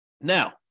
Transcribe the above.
Now